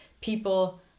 people